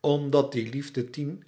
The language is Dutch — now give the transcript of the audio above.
omdat die liefde tien